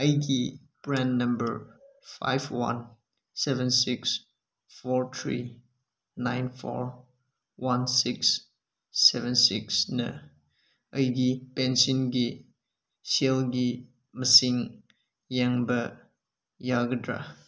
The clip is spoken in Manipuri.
ꯑꯩꯒꯤ PRAN number five one seven six four three nine four one six seven ꯁꯤꯛꯁꯅ ꯑꯩꯒꯤ ꯄꯦꯟꯁꯟꯒꯤ ꯁꯦꯜꯒꯤ ꯃꯁꯤꯡ ꯌꯦꯡꯕ ꯌꯥꯒꯗ꯭ꯔ